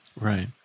Right